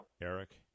Eric